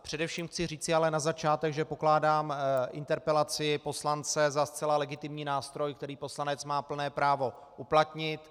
Především chci ale říci na začátek, že pokládám interpelaci poslance za zcela legitimní nástroj, který poslanec má plné právo uplatnit.